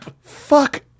Fuck